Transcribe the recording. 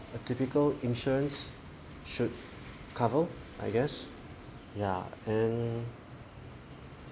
a typical insurance should cover I guess yeah and